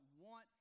want